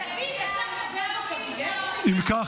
אם כך,